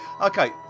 okay